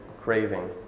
craving